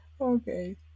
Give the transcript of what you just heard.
Okay